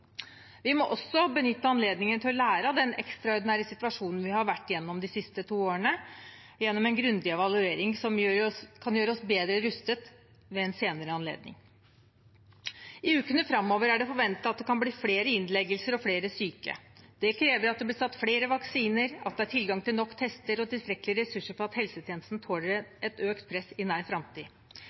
Vi må også benytte anledningen til å lære av den ekstraordinære situasjonen vi har vært igjennom de siste to årene, gjennom en grundig evaluering som kan gjøre oss bedre rustet ved en senere anledning. I ukene framover er det forventet at det kan bli flere innleggelser og flere syke. Det krever at det blir satt flere vaksiner, at det er tilgang til nok tester og tilstrekkelige ressurser til at helsetjenesten tåler et økt press i nær framtid.